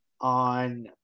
on